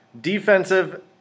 Defensive